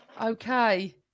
Okay